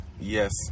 yes